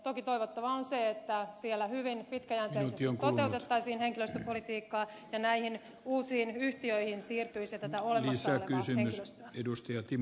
toki toivottavaa on se että siellä hyvin pitkäjänteisesti toteutettaisiin henkilöstöpolitiikkaa ja näihin uusiin yhtiöihin siirtyisi tätä olemassa olevaa henkilöstöä